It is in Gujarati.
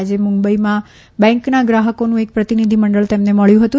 આજે મુંબઇમાં બેન્કના ગ્રાહકોનું એક પ્રતિનિધિમંડળ તેમને મળ્યું હતું